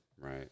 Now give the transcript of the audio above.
Right